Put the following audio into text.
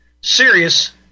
serious